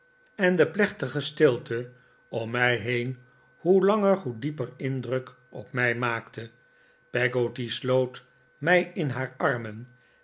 en de plechtige stilte om mij heen hoe langer hoe dieper indruk op mij maakte peggotty sloot mij in haar armen